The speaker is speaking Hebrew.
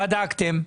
בדקתם.